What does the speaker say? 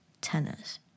tennis